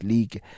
League